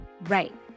right